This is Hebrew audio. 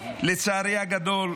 לצערי הגדול,